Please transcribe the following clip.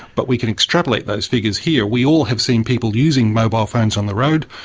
but we can extrapolate those figures here. we all have seen people using mobile phones on the road,